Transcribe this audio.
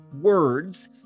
words